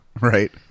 Right